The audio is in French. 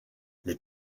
les